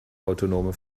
autonome